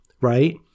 right